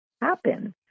happen